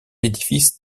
édifice